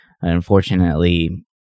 Unfortunately